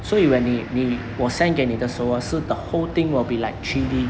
所以 when 你你我 send 给你的时候 orh 是 the whole thing will be like three D